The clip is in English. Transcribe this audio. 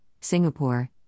Singapore